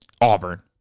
Auburn